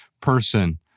person